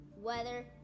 weather